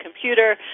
computer